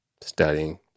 studying